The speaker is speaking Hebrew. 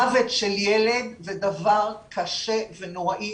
מוות של ילד זה דבר קשה ונוראי,